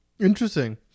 Interesting